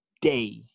day